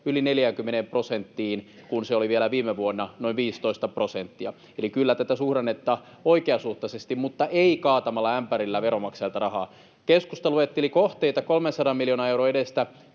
yli 40 prosenttiin, kun se oli vielä viime vuonna noin 15 prosenttia. Eli kyllä tätä suhdannetta oikeasuhtaisesti autetaan mutta ei kaatamalla ämpärillä veronmaksajilta rahaa. Keskusta luetteli kohteita 300 miljoonan euron edestä.